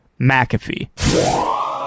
mcafee